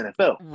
NFL